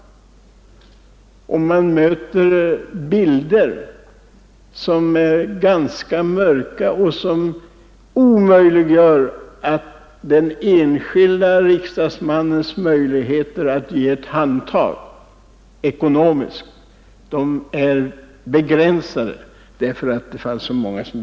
Man möter då ganska mörka bilder. Men den enskilde riksdagsmannens möjligheter att ge ett ekonomiskt handtag är begränsade, eftersom antalet behövande är så stort.